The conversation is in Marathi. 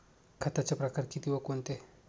खताचे प्रकार किती व कोणते?